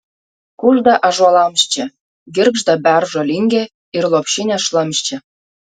kužda ąžuolams čia girgžda beržo lingė ir lopšinė šlamščia